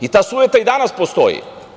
I ta sujeta i danas postoji.